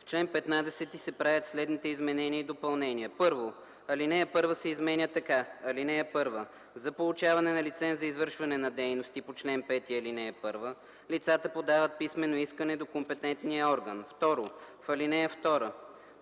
В чл. 15 се правят следните изменения и допълнения: 1. Алинея 1 се изменя така: „(1) За получаване на лиценз за извършване на дейности по чл. 5, ал. 1 лицата подават писмено искане до компетентния орган.” 2. В ал. 2: а)